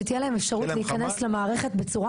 שתהיה להם אפשרות להיכנס למערכת בצורה